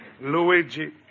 Luigi